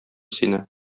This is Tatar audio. сине